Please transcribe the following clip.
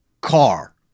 car